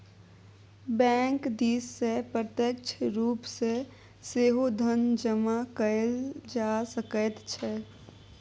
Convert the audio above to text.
bank दिससँ प्रत्यक्ष रूप सँ सेहो धन जमा कएल जा सकैत छै